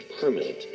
permanent